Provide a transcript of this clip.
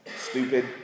stupid